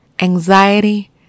anxiety